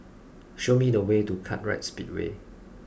show me the way to Kartright Speedway